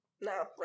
No